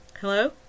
Hello